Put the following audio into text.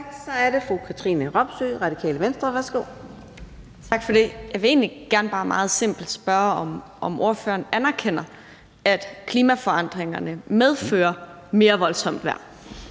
Tak for det. Jeg vil egentlig bare meget simpelt spørge, om ordføreren anerkender, at klimaforandringerne medfører mere voldsomt vejr.